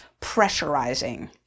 pressurizing